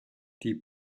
die